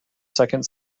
second